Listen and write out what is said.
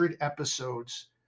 episodes